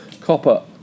copper